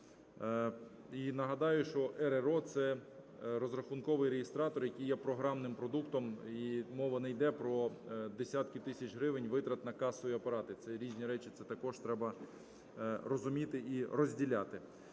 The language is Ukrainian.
І нагадаю, що РРО – це розрахунковий реєстратор, який є програмним продуктом, і мова не йде про десятки тисяч гривень витрат на касові апарати. Це різні речі, це також треба розуміти і розділяти.